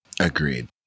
Agreed